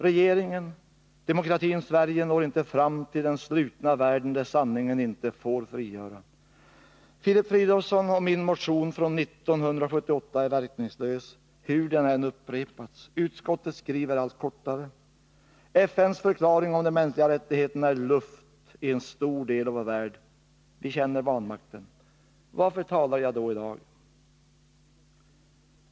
Regeringen, demokratin i Sverige når inte fram till den slutna världen, där Sanningen inte får frigöra. Filip Fridolfssons och min motion från 1978 är verkningslös, hur den än upprepas. Utskottet skriver allt kortare. FN:s förklaring om de mänskliga rättigheterna är luft i en stor del av vår värld. Vi känner vanmakten. Varför talar jag då i dag?